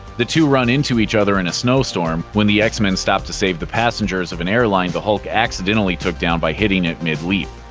the two run into each other in a snowstorm, when the x-men stop to save the passengers of an airline the hulk accidentally took down by hitting it mid-leap.